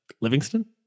Livingston